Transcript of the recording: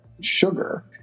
sugar